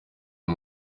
uwo